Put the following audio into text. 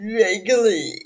regularly